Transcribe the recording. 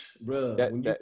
bro